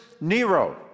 Nero